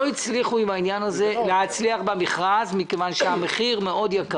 לא הצליחו במכרז מכיוון שהמחיר יקר מאוד.